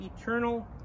eternal